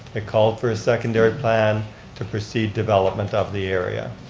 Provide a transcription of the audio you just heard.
ah call for a secondary plan to proceed development of the area.